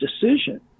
decision